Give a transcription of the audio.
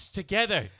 together